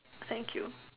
thank you